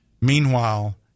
Meanwhile